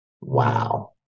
Wow